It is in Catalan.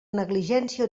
negligència